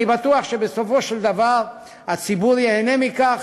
אני בטוח שבסופו של דבר הציבור ייהנה מכך,